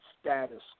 status